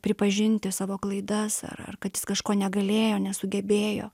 pripažinti savo klaidas ar ar kad jis kažko negalėjo nesugebėjo